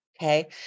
Okay